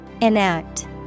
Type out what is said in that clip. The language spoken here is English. Enact